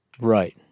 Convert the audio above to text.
right